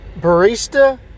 Barista